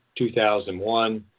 2001